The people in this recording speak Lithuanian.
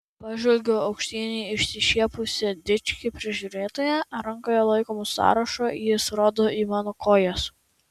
pažvelgiu aukštyn į išsišiepusį dičkį prižiūrėtoją rankoje laikomu sąrašu jis rodo į mano kojas